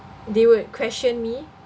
they would question me